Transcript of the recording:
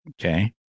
okay